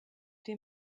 dem